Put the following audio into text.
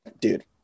dude